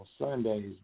Sundays